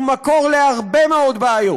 זהו מקור להרבה מאוד בעיות.